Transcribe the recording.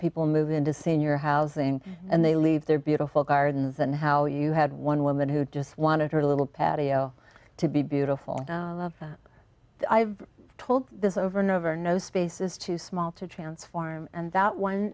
people move into senior housing and they leave their beautiful gardens and how you had one woman who just wanted her little patio to be beautiful i love i've told this over and over no space is too small to transform and that one